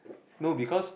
no because